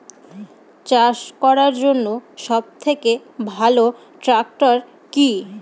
চাষ করার জন্য সবথেকে ভালো ট্র্যাক্টর কি?